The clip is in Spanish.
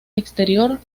exterior